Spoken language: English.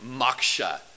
moksha